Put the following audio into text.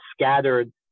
scattered